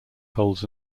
holds